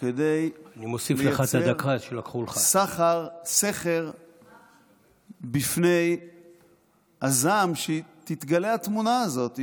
כדי לייצר סכר בפני הזעם כשתתגלה התמונה הזאת,